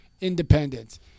independence